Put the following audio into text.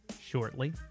shortly